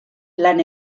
lan